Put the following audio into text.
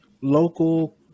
local